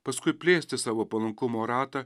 paskui plėsti savo palankumo ratą